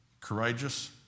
courageous